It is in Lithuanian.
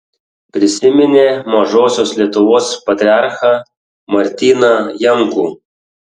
prisiminė mažosios lietuvos patriarchą martyną jankų